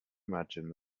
imagined